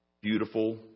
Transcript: beautiful